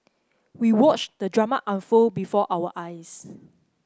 we watched the drama unfold before our eyes